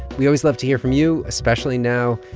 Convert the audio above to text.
we always love to hear from you, especially now.